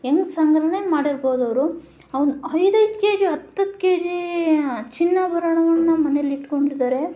ಹೆಂಗ್ ಸಂಗ್ರಹಣೆ ಮಾಡಿರ್ಬೋದು ಅವರು ಐದೈದು ಕೆ ಜಿ ಹತ್ತತ್ತು ಕೆ ಜೀ ಚಿನ್ನಾಭರಣವನ್ನು ಮನೇಲಿ ಇಟ್ಕೊಂಡಿದ್ದಾರೆ